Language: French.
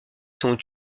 sont